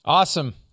awesome